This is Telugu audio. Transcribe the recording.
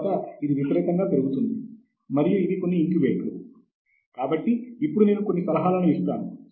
మరియు ఆ విధంగా మనం సమయానికి ముందుకు వెళ్ళవచ్చు